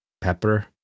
pepper